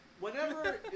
whenever